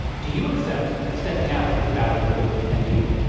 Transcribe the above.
do you accept stepping out of the battle of good and evil?